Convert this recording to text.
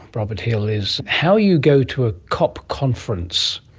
robert hill, is how you go to a cop conference,